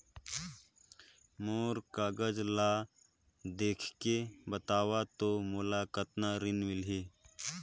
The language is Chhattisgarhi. मोर कागज ला देखके बताव तो मोला कतना ऋण मिलही?